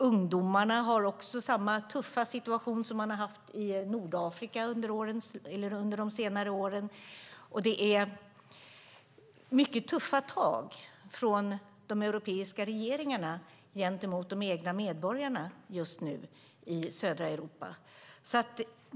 Ungdomarna har samma tuffa situation som man har haft i Nordafrika under de senare åren. Det är mycket tuffa tag från de europeiska regeringarna gentemot de egna medborgarna just nu i södra Europa.